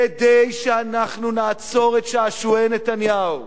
כדי שאנחנו נעצור את שעשועי נתניהו,